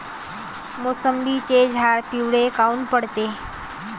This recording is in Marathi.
मोसंबीचे झाडं पिवळे काऊन पडते?